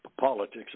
politics